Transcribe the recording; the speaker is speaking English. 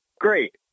great